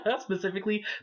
specifically